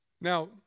Now